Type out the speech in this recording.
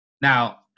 Now